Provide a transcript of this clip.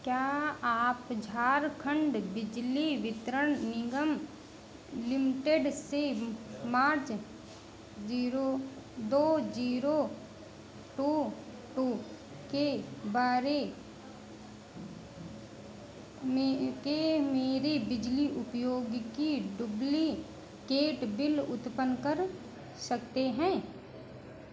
क्या आप झारखंड बिजली वितरण निगम लिमिटेड से मार्च जीरो दो जीरो टू टू के बारे के मेरे बिजली उपयोग की डुप्लिकेट बिल उत्पन्न कर सकते हैं